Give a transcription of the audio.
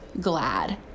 glad